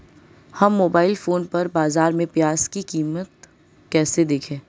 हम mobile phone पर बाज़ार में प्याज़ की कीमत कैसे देखें?